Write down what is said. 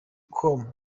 com